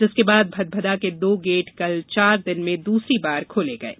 जिसके बाद भदाभदा के दो गेट कल चार दिन में दूसरी बार खोले गये